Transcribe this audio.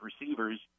receivers